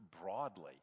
broadly